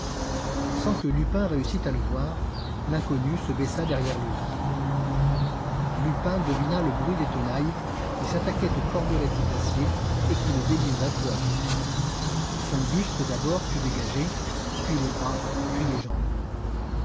sans que lupin réussît à le voir l'inconnu se baissa derrière le lit lupin devina le bruit des tenailles qui s'attaquaient aux cordelettes d'acier et qui le délivraient peu à peu son buste d'abord fut dégagé puis les bras puis les jambes